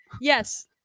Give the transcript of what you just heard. Yes